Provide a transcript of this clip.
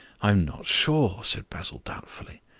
i'm not sure, said basil doubtfully.